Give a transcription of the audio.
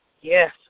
Yes